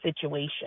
situation